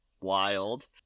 wild